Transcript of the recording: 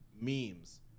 Memes